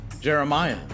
Jeremiah